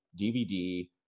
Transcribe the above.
dvd